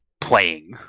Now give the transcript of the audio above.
playing